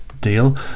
deal